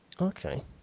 Okay